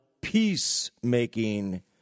peacemaking